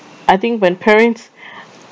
I think when parents